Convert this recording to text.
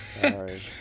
Sorry